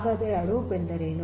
ಹಾಗಾದರೆ ಹಡೂಪ್ ಎಂದರೇನು